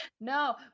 No